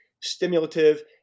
stimulative